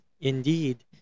indeed